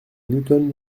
newton